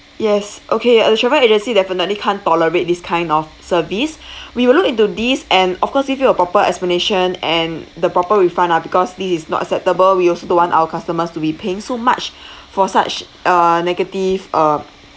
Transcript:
yes okay uh the travel agency definitely can't tolerate this kind of service we will look into this and of course give you a proper explanation and the proper refund ah because this is not acceptable we also don't want our customers to be paying so much for such a negative uh